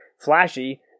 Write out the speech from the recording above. flashy